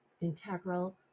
integral